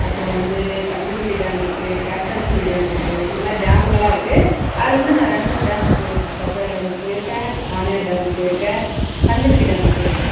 அப்புறோம் வந்து பஞ்சப்பள்ளி டேம் இருக்குது கேசர்புள்ளி டேம் இருக்குது இந்த மாதிரி டேமுங்கள்லாம் இருக்குது அதில் வந்து நான் ரெண்டு மூணு டேமுக்கு போயிருக்கேன் தொப்பையார் டேமுக்கு போயிருக்கேன் வாணியார் டேமுக்கு போயிருக்கேன் பஞ்சப்பள்ளி டேமுக்கு போயிருக்கேன்